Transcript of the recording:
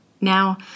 Now